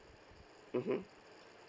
mmhmm